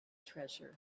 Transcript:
treasure